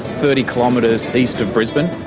thirty kilometres east of brisbane.